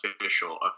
official